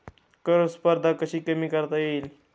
कर स्पर्धा कशी कमी करता येईल?